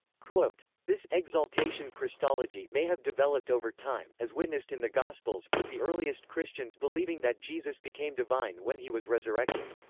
this exaltation christology may have developed over time, as witnessed in the gospels, with the earliest christians believing that jesus became divine when he was resurrected.